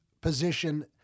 position